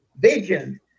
vision